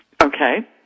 Okay